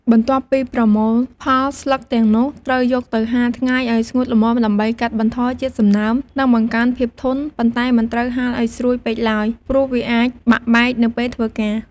បន្ទាប់ពីប្រមូលផល ស្លឹកទាំងនោះត្រូវយកទៅ ហាលថ្ងៃឲ្យស្ងួតល្មម ដើម្បីកាត់បន្ថយជាតិសំណើម និងបង្កើនភាពធន់ ប៉ុន្តែមិនត្រូវហាលឲ្យស្រួយពេកឡើយ ព្រោះវាអាចបាក់បែកនៅពេលធ្វើការ។